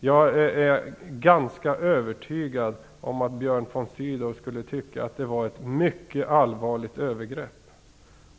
Jag är ganska övertygad om att Björn von Sydow skulle tycka att det var ett mycket allvarligt övergrepp.